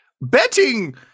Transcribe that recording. betting